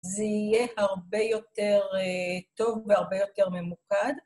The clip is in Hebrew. זה יהיה הרבה יותר טוב והרבה יותר ממוקד.